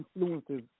influences